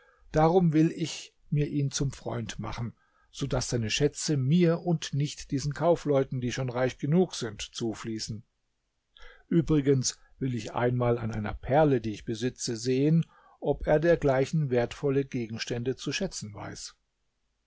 darum will ich mir ihn zum freund machen so daß seine schätze mir und nicht diesen kaufleuten die schon reich genug sind zufließen übrigens will ich einmal an einer perle die ich besitze sehen ob er dergleichen wertvolle gegenstände zu schätzen weiß